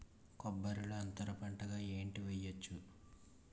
కొబ్బరి లో అంతరపంట ఏంటి వెయ్యొచ్చు?